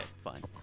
fine